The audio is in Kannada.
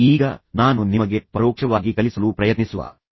ಈಗ ನಾನು ನಿಮಗೆ ಪರೋಕ್ಷವಾಗಿ ಕಲಿಸಲು ಪ್ರಯತ್ನಿಸುವ ಕೌಶಲ್ಯಗಳು ಯಾವುವು